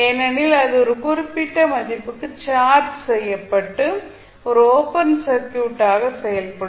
ஏனெனில் அது ஒரு குறிப்பிட்ட மதிப்புக்கு சார்ஜ் செய்யப்பட்டு ஒரு ஓப்பன் சர்க்யூட் ஆக செயல்படும்